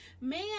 man